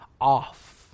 off